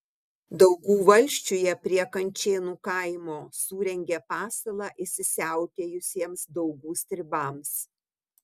daugų valsčiuje prie kančėnų kaimo surengė pasalą įsisiautėjusiems daugų stribams